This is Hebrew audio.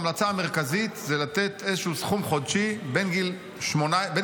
ההמלצה המרכזית זה לתת איזשהו סכום חודשי בין גיל 21